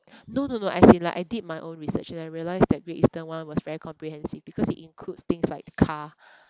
no no no as in like I did my own research and I realise that great eastern one was very comprehensive because it includes things like car